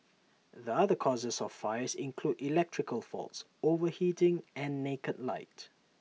the other causes of fires include electrical faults overheating and naked light